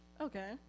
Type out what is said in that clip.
Okay